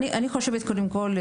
אני חושבת קודם כל,